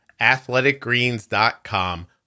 athleticgreens.com